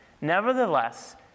Nevertheless